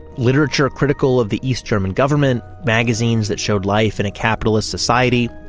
literature critical of the east german government, magazines that showed life in a capitalist society,